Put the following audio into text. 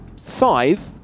five